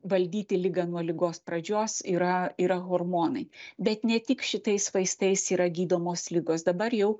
valdyti ligą nuo ligos pradžios yra yra hormonai bet ne tik šitais vaistais yra gydomos ligos dabar jau